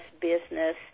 business